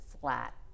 flat